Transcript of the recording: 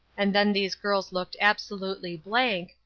and then these girls looked absolutely blank,